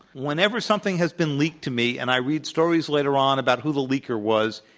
whenever something has been leaked to me and i read stories later on about who the leaker was,